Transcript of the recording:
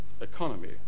economy